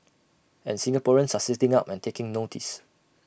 and Singaporeans are sitting up and taking notice